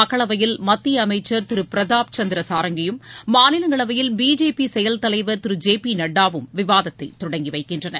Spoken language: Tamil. மக்களவையில் மத்திய அமைச்ச் திரு பிரதாப் சந்திர சாரங்கியும் மாநிலங்களவையில் பிஜேபி செயல் தலைவர் திரு ஜே பி நட்டாவும் விவாதத்தை தொடங்கி வைக்கின்றனர்